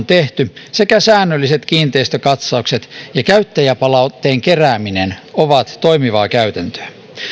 tehty sekä säännölliset kiinteistökatsaukset ja käyttäjäpalautteen kerääminen ovat toimivaa käytäntöä